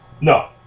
No